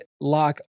lock